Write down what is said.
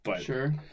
Sure